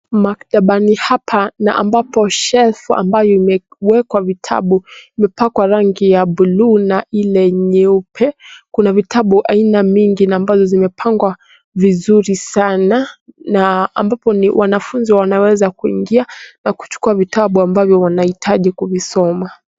Maktabani hapa na ambapo shelf ambayo imewekwa vitabu imepakwa rangi ya buluu na ile nyeupe. Kuna vitabu aina mingi na ambazo zimepangwa vizuri sana na ambapo ni wanafunzi wanaweza kuingia na kuchukua vitabu ambavyo wanahitaji kuvisoma.